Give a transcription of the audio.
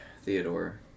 Theodore